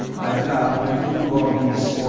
i allowed him to do all this.